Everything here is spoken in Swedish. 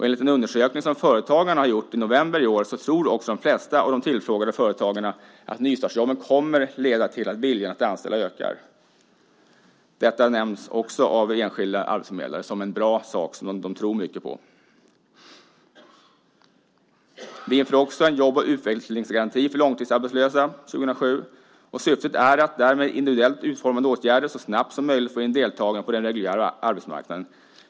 Enligt en undersökning som Företagarna gjorde i november i år tror också de flesta av de tillfrågade företagarna att nystartsjobben kommer att leda till att viljan att anställa ökar. Detta nämns också av enskilda arbetsförmedlare som en bra sak som de tror mycket på. Vi inför också en jobb och utvecklingsgaranti för långtidsarbetslösa 2007. Syftet är att med individuellt utformade åtgärder så snabbt som möjligt få in deltagarna på den reguljära arbetsmarknaden.